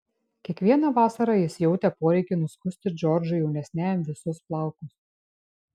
kiekvieną vasarą jis jautė poreikį nuskusti džordžui jaunesniajam visus plaukus